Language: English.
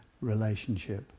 relationship